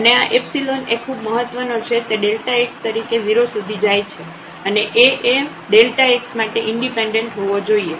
અને આ એ ખૂબ મહત્વનો છે તેx તરીકે 0 સુધી જાય છે અને A એ x માટે ઇન્ડિપેન્ડન્ટ હોવો જોઈએ